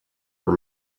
were